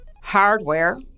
hardware